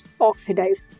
oxidized